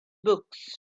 books